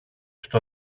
στο